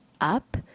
up